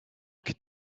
could